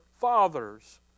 fathers